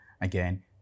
again